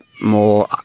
more